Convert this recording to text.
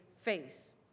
face